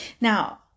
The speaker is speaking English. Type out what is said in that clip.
Now